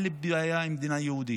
שאין לי בעיה עם מדינה יהודית.